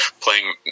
playing